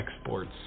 exports